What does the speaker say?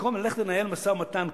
במקום ללכת לנהל משא-ומתן כואב,